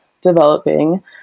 developing